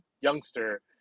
youngster